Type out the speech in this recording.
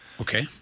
okay